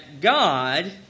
God